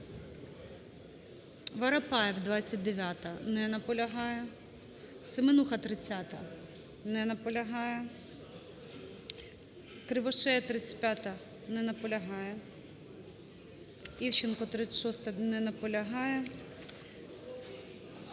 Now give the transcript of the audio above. Воропаєв, 29-а. Не наполягає. Семенуха, 30-а. Не наполягає. Кривошея, 35-а. Не наполягає. Івченко, 36-а. Не наполягає.